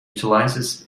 utilizes